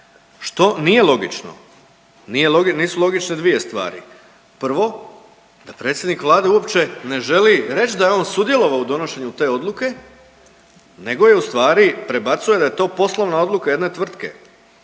što nije logično. Nisu logične dvije stvari. Prvo da predsjednik Vlade uopće ne želi reći da je on sudjelovalo u donošenju te odluke, nego u stvari prebacuje da je to poslovna odluka jedne tvrtke,